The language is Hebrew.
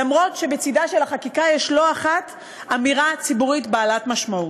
אף שבצדה של החקיקה יש לא אחת אמירה ציבורית בעלת משמעות.